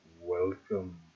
welcome